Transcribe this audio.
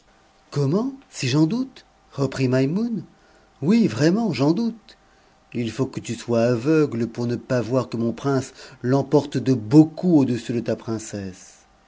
comment si j'en doute reprit maimoune oui vraiment j'en doute il faut que tu sois aveugle pour ne pas voir que mon prince l'emporte de beaucoup au-dessus de ta princesse